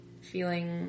feeling